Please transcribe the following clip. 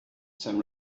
some